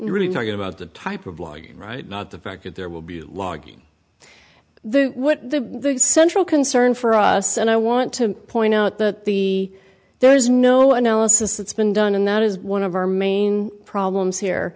really talking about the type of law you write not the fact that there will be logging what the central concern for us and i want to point out that the there is no analysis that's been done and that is one of our main problems here